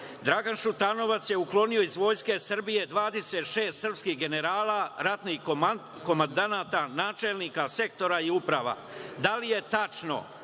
Dragan Šutanovac je uklonio iz Vojske Srbije 26 srpskih generala, ratnih komandanata, načelnika sektora i uprava. Da li je tačno,